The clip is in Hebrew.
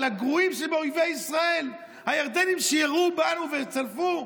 לגרועים שבאויבי ישראל, הירדנים שירו בנו וצלפו.